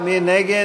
הממשלה